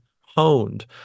honed